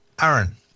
Aaron